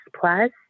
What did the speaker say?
plus